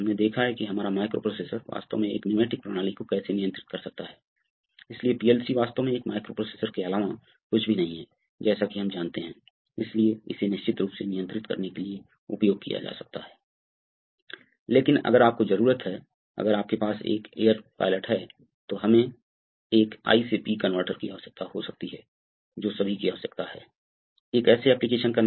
दिशात्मक valve C के प्रतीक के सभी भागों को स्पष्ट करें मूल रूप से एक बहुत कुछ विशेष को छोड़कर यह पुनर्योजी रेसिप्रोकेटिंग सर्किट के बारे में है केवल दिशात्मक वाल्व में एक अवरोध है जो एक विशेष चीज थी